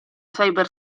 cyber